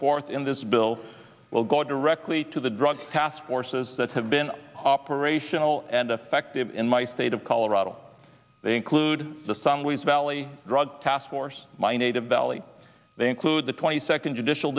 forth in this bill will go directly to the drug task forces that have been operational and effective in my state of colorado they include the someways valley drug task force my native valley they include the twenty second judicial